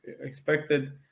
expected